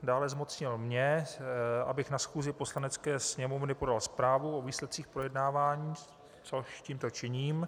Dále zmocnil mě, abych na schůzi Poslanecké sněmovny podal zprávu o výsledcích projednávání, což tímto činím.